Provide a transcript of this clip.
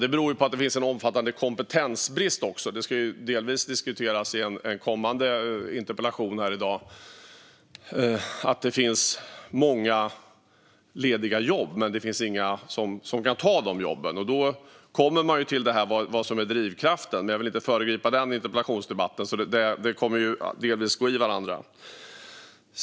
Det beror på att det också finns en omfattande kompetensbrist, vilket delvis ska diskuteras i en kommande interpellation här i dag. Det finns alltså många lediga jobb, men det finns inga som kan ta dessa jobb. Det leder till frågan om vad det är som är drivkraften. Men jag vill inte föregripa den interpellationsdebatten; frågorna kommer delvis att gå in i varandra.